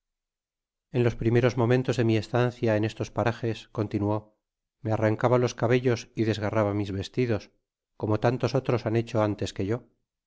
en los primeros momentos de mi estancia en estos parajes continuó me arrancaba los cabellos y desgarraba mis vestidos como tantos otros han hecho antes que yo